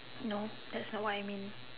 no that's not what I mean